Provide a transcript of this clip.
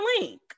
link